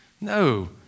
No